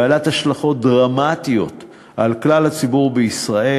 בעלת השלכות דרמטיות על כלל הציבור בישראל.